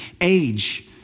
age